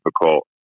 difficult